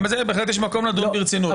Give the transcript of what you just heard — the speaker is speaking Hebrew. גם בזה בהחלט יש מקום לדון ברצינות.